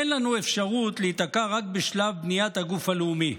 אין לנו אפשרות להיתקע רק בשלב בניית הגוף הלאומי.